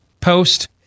post